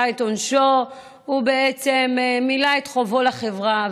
את עונשו הוא בעצם מילא את חובו לחברה.